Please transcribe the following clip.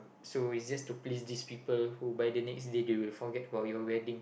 so it's just to please these people who by the next day they will forget about your wedding